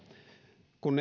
kun